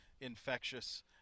infectious